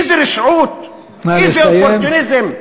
איזו רשעות, איזה אופורטוניזם.